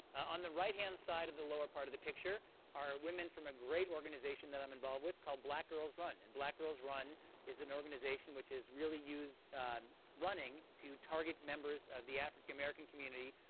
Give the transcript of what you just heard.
on the right hand side of the lower part of the picture are women from a great organization that i'm involved with called black girls run, and black girls run is an organization which has really used running to target members of the african american community,